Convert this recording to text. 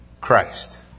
Christ